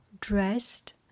dressed